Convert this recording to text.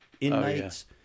inmates